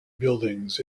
buildings